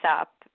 up